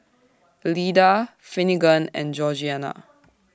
Elida Finnegan and Georgiana